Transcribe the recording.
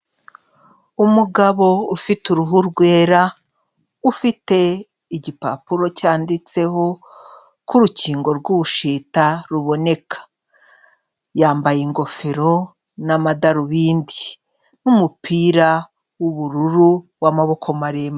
Umugabo ufite uruhu rwera, ufite igipapuro cyanditseho ko urukingo rw'ubushita ruboneka, yambaye ingofero n'amadarubindi n'umupira w'ubururu w'amaboko maremare.